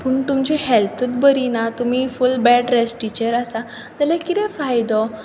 पूण तुमचे हॅल्थूच बरी ना तुमी फूल बॅड रेस्टीचेर आसा जाल्यार कितें फायदो